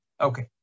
Okay